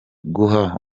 guha